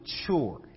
mature